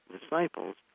disciples